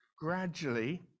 gradually